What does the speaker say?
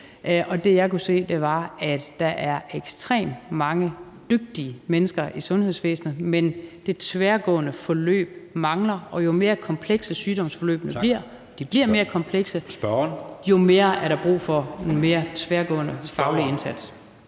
og det, jeg kunne se, var, at der er ekstremt mange dygtige mennesker i sundhedsvæsenet, men at det tværgående forløb mangler, og jo mere komplekse sygdomsforløbene bliver – de bliver mere komplekse – jo mere er der brug for en mere tværgående faglig indsats.